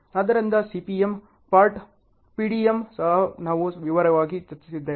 ಆದ್ದರಿಂದ CPM PERT PDM ಸಹ ನಾವು ವಿವರವಾಗಿ ಚರ್ಚಿಸಿದ್ದೇವೆ